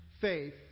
faith